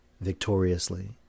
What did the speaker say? victoriously